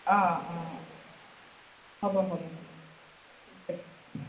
অঁ অঁ হ'ব হ'ব হ'ব ঠিক আছে